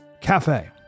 Cafe